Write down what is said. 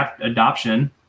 adoption